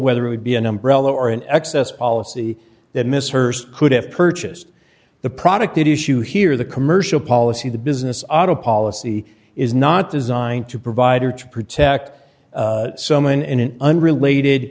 whether it would be an umbrella or an excess policy that miss her could have purchased the product that issue here the commercial policy the business auto policy is not designed to provide or to protect so men in an unrelated